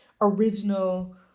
original